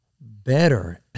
better